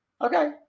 Okay